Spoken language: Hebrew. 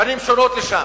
פנים שונות לשם.